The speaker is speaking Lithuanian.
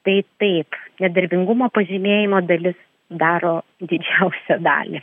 tai taip nedarbingumo pažymėjimo dalis daro didžiausią dalį